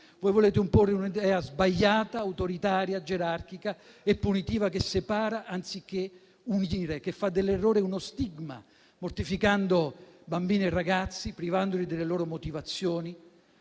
Voi volete imporre un'idea sbagliata, autoritaria, gerarchica e punitiva, che separa anziché unire, che fa dell'errore uno stigma, mortificando bambini e ragazzi, privandoli delle loro motivazioni.